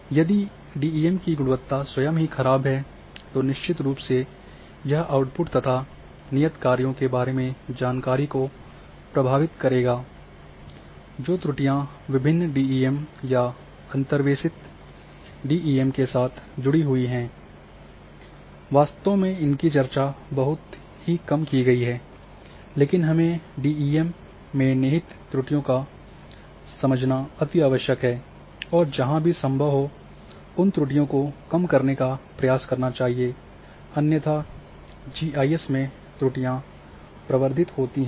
यदि डीईएम की गुणवत्ता स्वयं ही खराब है तो निश्चित रूप से यह आउटपुट तथा नियत कार्यों के बारे में जानकारी को प्रभावित भी करेगा जो त्रुटियां विभिन्न डीईएम या अंतर्वेषित डीईएम के साथ जुड़ी हुई हैं वास्तव में उनकी बहुत कम चर्चा की गई है लेकिन हमें डीईएम में निहित त्रुटियों को समझना अति आवश्यक है और जहाँ भी संभव हो उन त्रुटियों को कम करने का प्रयास करना चाहिए अन्यथा जीआईएस में त्रुटियां प्रवर्धित होती हैं